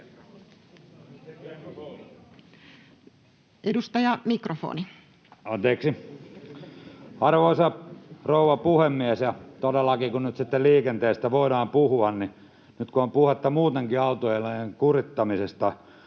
Anteeksi. — Arvoisa rouva puhemies! Todellakin, kun nyt sitten liikenteestä voidaan puhua, niin nyt kun on puhetta muutenkin autoilijoiden kurittamisesta,